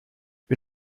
wir